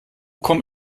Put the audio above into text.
kommt